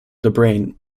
brain